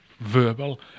verbal